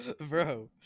bro